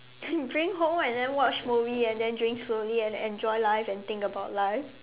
bring home and then watch movie and then drink slowly and enjoy life and think about life